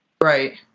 Right